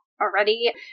already